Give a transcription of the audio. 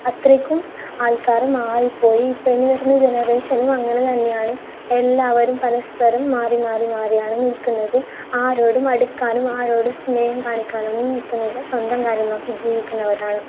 അത്രക്കും ആൾക്കാർ മാറി പ്പോയി ഇപ്പോൾ ഇനി വരുന്ന ജനറേഷനും അങ്ങനെ തന്നെയാണ് എല്ലാവരും പരസ്പരം മാറി മാറി മാറിയാണ് നിൽക്കുന്നത് ആരോടും അടുക്കാനും ആരോടും സ്നേഹം കാണിക്കാൻ ഒന്നും നിൽക്കുന്നില്ല സ്വന്തം കാര്യം നോക്കി ജീവിക്കുന്നവരാണ്